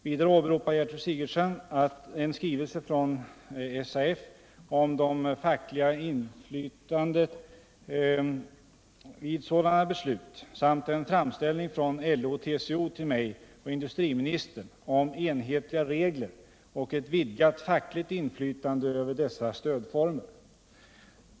Vidare åberopar Gertrud Sigurdsen en skrivelse från SAF om det fackliga inflytandet vid sådana beslut samt en framställning från LO och TCO till mig och industriministern om enhetliga regler och ett vidgat fackligt inflytande över dessa stödformer.